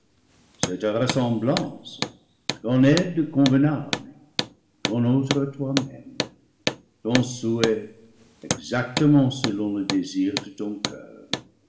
ta ressemblance ton aide convenable ton autre toi-même ton souhait exactement selon le désir de ton coeur